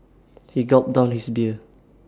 he gulped down his beer